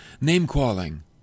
name-calling